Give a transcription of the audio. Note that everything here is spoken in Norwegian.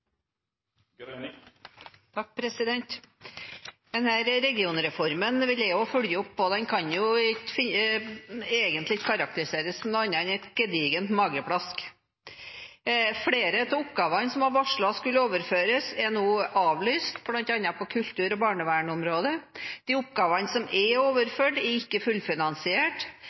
Regionreformen vil jeg også følge opp, og den kan jo egentlig ikke karakteriseres som noe annet enn et gedigent mageplask. Den varslede overføringen av flere av oppgavene er nå avlyst, bl.a. på kulturområdet og barnevernområdet. De oppgavene som er overført, er ikke fullfinansiert.